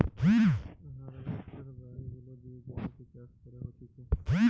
harvester গাড়ি গুলা দিয়ে জমিতে চাষ করা হতিছে